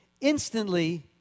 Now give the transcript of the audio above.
Instantly